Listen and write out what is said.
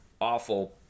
awful